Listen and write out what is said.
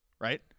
right